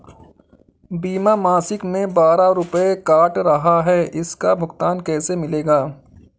बीमा मासिक में बारह रुपय काट रहा है इसका भुगतान कैसे मिलेगा?